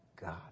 God